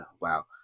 Wow